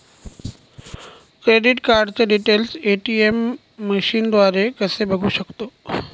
Credit कार्डचे details ATM मशीनद्वारे कसे बघू शकतो?